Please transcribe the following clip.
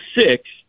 six